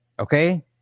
Okay